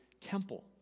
temple